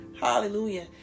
Hallelujah